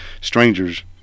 strangers